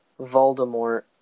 Voldemort